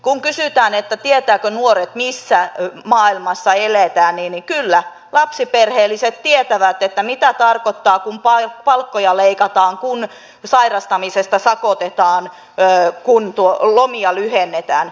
kun kysytään tietävätkö nuoret missä maailmassa eletään niin kyllä lapsiperheelliset tietävät mitä tarkoittaa kun palkkoja leikataan kun sairastamisesta sakotetaan kun lomia lyhennetään